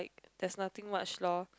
there's nothing much lor